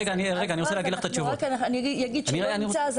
אני אגיד שלא נמצא,